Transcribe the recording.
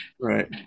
right